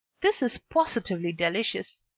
this is positively delicious.